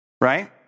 right